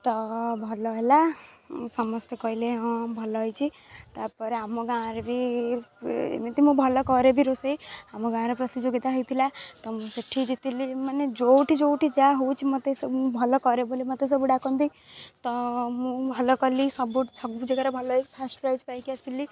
ତ ଭଲ ହେଲା ସମସ୍ତେ କହିଲେ ହଁ ଭଲ ହେଇଛି ତା ପରେ ଆମ ଗାଁରେ ବି ଏମିତି ମୁଁ ଭଲ କରେ ବି ରୋଷେଇ ଆମ ଗାଁରେ ପ୍ରତିଯୋଗିତା ହେଇଥିଲା ତ ମୁଁ ସେଇଠି ଜିତିଲି ମାନେ ଯେଉଁଠି ଯେଉଁଠି ଯା ହେଉଛି ମୋତେ ସବୁ ମୁଁ ଭଲ କରେ ବୋଲି ମୋତେ ସବୁ ଡାକନ୍ତି ତ ମୁଁ ଭଲ କଲି ସବୁ ସବୁ ଜାଗାରେ ଭଲ ହେଇକି ଫାଷ୍ଟ୍ ପ୍ରାଇଜ୍ ପାଇକି ଆସିଲି